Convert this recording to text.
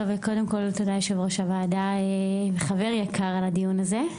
וקודם כל תודה ליושב-ראש הוועדה וחבר יקר על הדיון הזה.